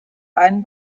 einen